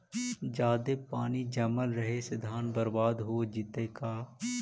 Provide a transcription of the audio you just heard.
जादे पानी जमल रहे से धान बर्बाद हो जितै का?